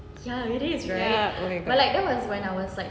ya oh my god